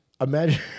Imagine